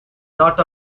not